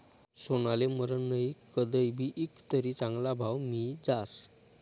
सोनाले मरन नही, कदय भी ईकं तरी चांगला भाव मियी जास